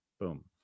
Boom